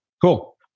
Cool